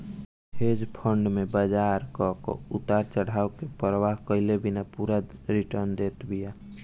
hedge fund में बाजार कअ उतार चढ़ाव के परवाह कईले बिना पूरा रिटर्न देत बिया